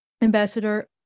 Ambassador